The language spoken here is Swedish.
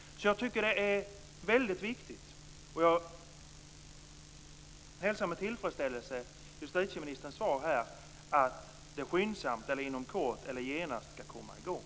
Det är väldigt viktigt. Jag hälsar med tillfredsställelse justitieministerns svar att arbetet skyndsamt, inom kort eller genast skall komma i gång.